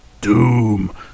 Doom